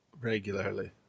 regularly